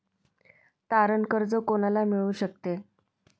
तारण कर्ज कोणाला मिळू शकते?